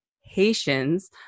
Haitians